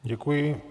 Děkuji.